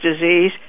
disease